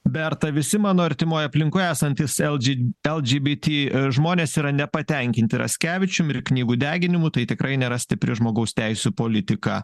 berta visi mano artimoj aplinkoj esantys eldži eldžibiti žmonės yra nepatenkinti raskevičium ir knygų deginimu tai tikrai nėra stipri žmogaus teisių politika